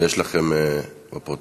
שיש לכם בפרוטוקול.